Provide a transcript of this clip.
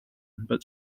but